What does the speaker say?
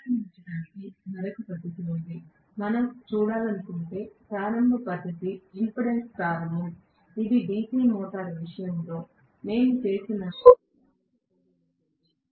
ప్రారంభించడానికి మరో పద్ధతి ఉంది మనం చూడాలనుకునే ప్రారంభ పద్ధతి ఇంపెడెన్స్ ప్రారంభం ఇది DC మోటారు విషయంలో మేము చేసినదానికి చాలా పోలి ఉంటుంది